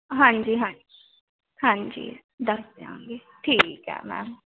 ਹਾਂਜੀ ਹਾਂਜੀ ਹਾਂਜੀ ਦੱਸ ਦਿਆਂਗੇ ਠੀਕ ਆ ਮੈਮ